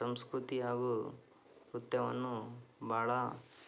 ಸಂಸ್ಕೃತಿ ಹಾಗೂ ವೃತ್ಯವನ್ನು ಭಾಳ